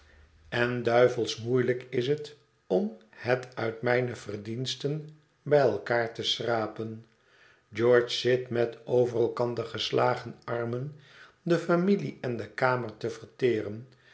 en duivels moeielijk is het om het uit mijne verdiensten bij elkaar te schrapen george zit met over elkander geslagen armen de familie en de kamer te verteren